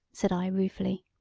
said i ruefully.